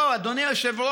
לא, אדוני היושב-ראש.